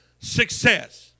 success